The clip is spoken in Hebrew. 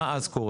מה אז קורה?